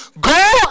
go